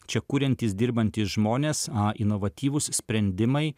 čia kuriantys dirbantys žmonės inovatyvūs sprendimai